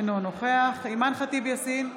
אינו נוכח אימאן ח'טיב יאסין,